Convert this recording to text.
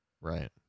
Right